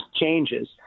changes